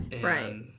Right